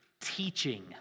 teaching